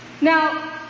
Now